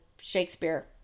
Shakespeare